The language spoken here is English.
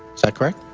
is that correct?